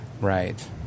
right